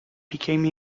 became